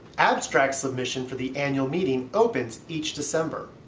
abstract submission for the annual meeting opens each december.